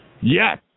Yes